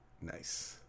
nice